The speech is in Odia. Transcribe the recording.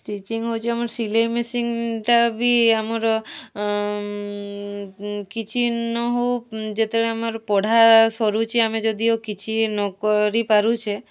ଷ୍ଟିଚିଂ ହେଉଛି ଆମର ସିଲାଇ ମେସିନ୍ଟା ବି ଆମର କିଛି ନ ହେଉ ଯେତେବେଳେ ଆମର ପଢ଼ା ସରୁଛି ଆମେ ଯଦିଓ କିଛି ନ କରିପାରୁଛେ